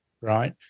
right